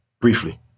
briefly